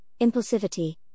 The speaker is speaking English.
impulsivity